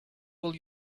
will